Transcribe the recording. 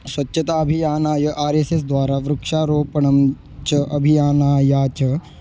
स्वच्छताभियानाय R S S द्वारा वृक्षारोपणं च अभियानाय च